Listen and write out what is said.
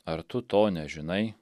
ar tu to nežinai